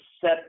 set